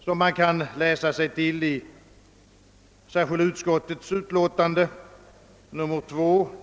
Som kan utläsas ur särskilda utskottets utlåtande nr 2 år.